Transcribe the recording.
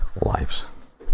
lives